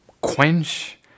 quench